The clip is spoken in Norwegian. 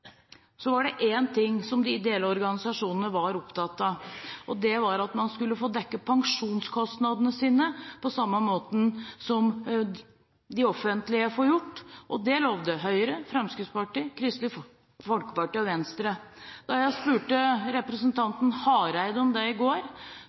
var det én ting de ideelle organisasjonene var opptatt av. Det var at man skulle få dekket pensjonskostnadene sine på samme måte som de offentlige får, og det lovte Høyre, Fremskrittspartiet, Kristelig Folkeparti og Venstre. Da jeg spurte